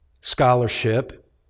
scholarship